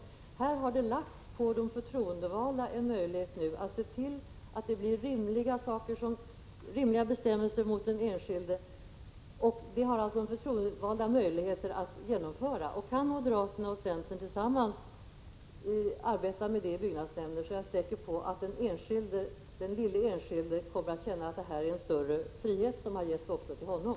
I Här har vi alltså som förtroendevalda möjlighet att genomföra rimliga I bestämmelser gentemot den enskilde. Kan moderaterna och centern tillsammans arbeta med det i byggnadsnämnder, så är jag säker på att den enskilde kommer att känna att det är en större frihet som getts också till honom.